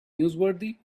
newsworthy